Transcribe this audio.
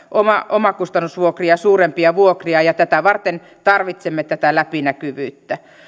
omakustannusvuokria suurempia vuokria ja tätä varten tarvitsemme tätä läpinäkyvyyttä